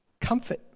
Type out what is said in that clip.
Comfort